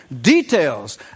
details